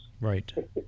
right